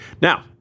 Now